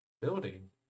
building